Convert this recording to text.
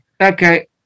Okay